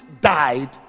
died